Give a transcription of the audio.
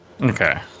okay